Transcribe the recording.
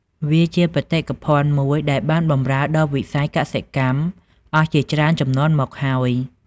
វាជាបេតិកភណ្ឌមួយដែលបានបម្រើដល់វិស័យកសិកម្មអស់ជាច្រើនជំនាន់មកហើយ។